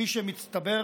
כפי שמסתבר,